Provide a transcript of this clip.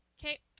Okay